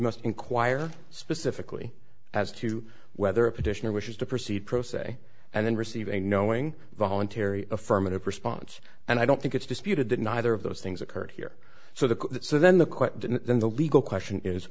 must inquire specifically as to whether a petitioner wishes to proceed pro se and then receive a knowing voluntary affirmative response and i don't think it's disputed that neither of those things occurred here so the so then the quote didn't then the legal question is